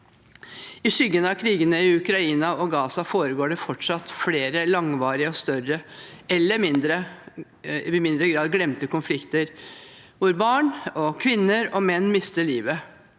I skyggen av krigene i Ukraina og Gaza foregår det fortsatt flere langvarige og i større eller mindre grad glemte konflikter, hvor barn, kvinner og menn mister livet,